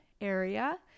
area